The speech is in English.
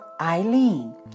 Eileen